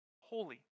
holy